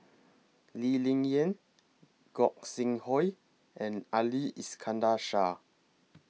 Lee Ling Yen Gog Sing Hooi and Ali Iskandar Shah